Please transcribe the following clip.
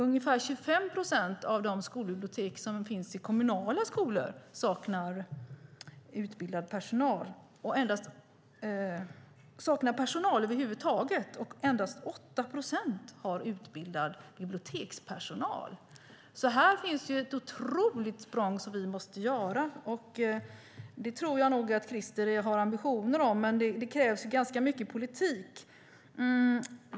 Ungefär 25 procent av de skolbibliotek som finns i kommunala skolor saknar personal över huvud taget, och endast 8 procent har utbildad bibliotekspersonal. Här måste vi göra ett otroligt språng, och jag tror nog att Christer har de ambitionerna. Men det krävs ganska mycket politik.